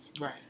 Right